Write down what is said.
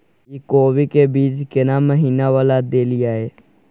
इ कोबी के बीज केना महीना वाला देलियैई?